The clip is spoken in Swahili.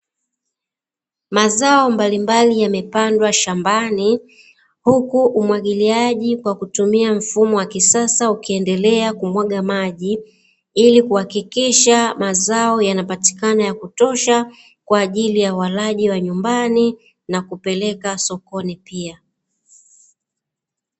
Mazao mbalimbali yamepandwa shambani huku umwagiliaji kwa kutumia mfumo wa kisasa ukiendelea kumwaga maji, ili kuhakikisha mazao yanapatikana ya kutosha kwa ajili ya walaji wa nyumbani, na kupeleka sokoni pia.